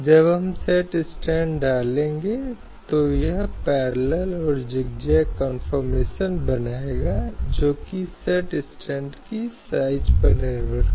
इसलिए जैसा कि हमने ट्रिपल तलाक का उदाहरण बताया है वैसे ही दूसरी शादी का अनुबंध करने के लिए धर्मांतरण का भी मुद्दा रहा है